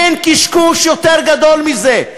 אין קשקוש יותר גדול מזה.